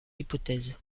hypothèse